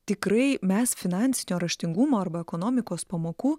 tikrai mes finansinio raštingumo arba ekonomikos pamokų